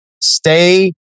Stay